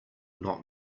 not